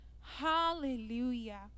hallelujah